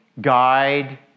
guide